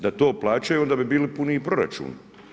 Da to plaćaju, oni bi bili puni i proračun.